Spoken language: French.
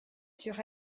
sur